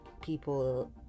people